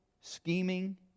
scheming